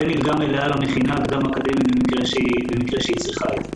ומלגה מלאה למכינה הקדם-אקדמית במקרה שהיא צריכה את זה.